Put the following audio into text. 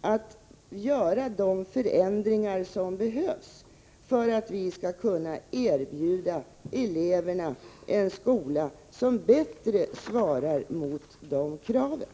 att man gör de förändringar som behövs för att vi skall kunna erbjuda eleverna en skola som bättre svarar mot de kraven.